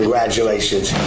Congratulations